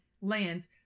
lands